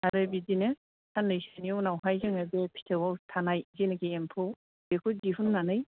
आरो बिदिनो सान्नैसोनि उनावहाय जोङो बे फिथोबाव थानाय जेनाखि एम्फौ बेखौ दिहुन्नानै